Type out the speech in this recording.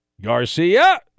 Garcia